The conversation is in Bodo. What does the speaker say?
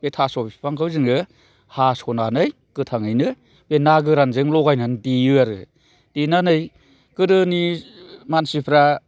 बे थास' बिफांखौ जोङो हास'नानै गोथाङैनो बे ना गोरानजों लगायनानै देयो आरो देनानै गोदोनि मानसिफ्रा